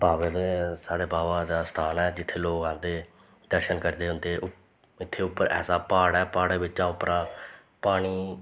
बाबे दे साढ़े बाबे दा स्थान ऐ जित्थें लोक आंदे दर्शन करदे उं'दे इत्थें उप्पर ऐसा प्हाड़ ऐ प्हाड़ा बिच्चा उप्परा पानी